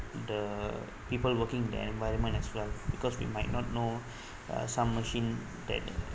the people working the environment as well because we might not know uh some machine that